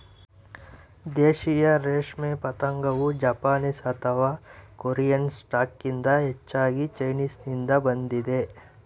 ದೇಶೀಯ ರೇಷ್ಮೆ ಪತಂಗವು ಜಪಾನೀಸ್ ಅಥವಾ ಕೊರಿಯನ್ ಸ್ಟಾಕ್ಗಿಂತ ಹೆಚ್ಚಾಗಿ ಚೈನೀಸ್ನಿಂದ ಬಂದಿದೆ